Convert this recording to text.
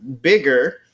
bigger